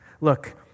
Look